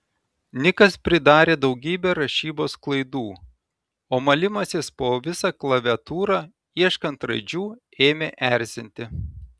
nikas pridarė daugybę rašybos klaidų o malimasis po visą klaviatūrą ieškant raidžių ėmė erzinti